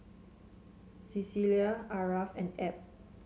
Cecelia Aarav and Ebb